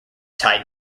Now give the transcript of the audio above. tide